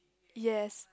yes